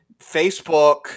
Facebook